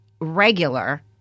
regular